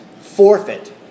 forfeit